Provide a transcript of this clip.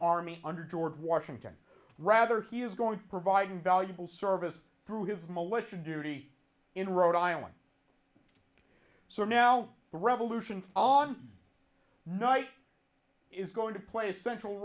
army under george washington rather he is going to provide invaluable service through his militia duty in rhode island so now the revolution on night is going to play a central